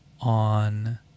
on